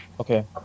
Okay